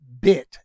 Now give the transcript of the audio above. bit